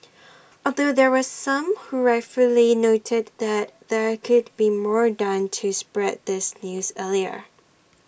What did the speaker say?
although there were some who rightfully noted that there could be more done to spread this news earlier